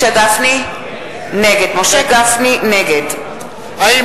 (קוראת בשמות חברי הכנסת) משה גפני נגד האם